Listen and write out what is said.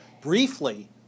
Briefly